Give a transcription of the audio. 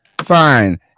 Fine